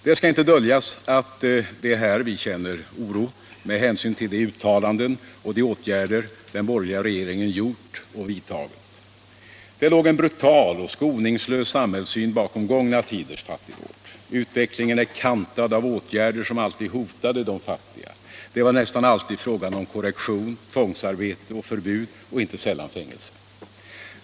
Det skall inte döljas att det är här vi känner oro med hänsyn till de uttalanden och de åtgärder den borgerliga regeringen gjort och vidtagit. Det låg en brutal och skoningslös samhällssyn bakom gångna tiders fattigvård. Utvecklingen är kantad av åtgärder som alltid hotade de fattiga. Det var nästan alltid fråga om korrektion, tvångsarbete och förbud och inte sällan fängelse.